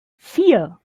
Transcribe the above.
vier